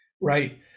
right